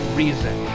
reason